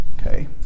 Okay